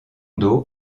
dos